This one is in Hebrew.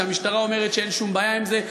כשהמשטרה אומרת שאין שום בעיה עם זה,